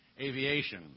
aviation